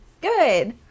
good